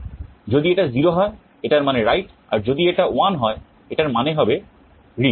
যদি এটা 0 হয় এটার মানে write আর যদি এটা 1 হয় এটার মানে হবে read